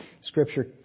Scripture